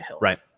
Right